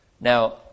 Now